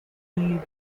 relay